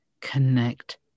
connect